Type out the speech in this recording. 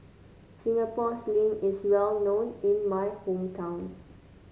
Singapore Sling is well known in my hometown